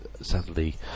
sadly